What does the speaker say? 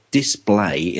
display